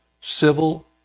civil